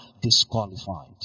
disqualified